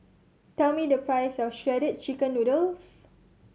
tell me the price of Shredded Chicken Noodles